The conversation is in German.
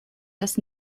das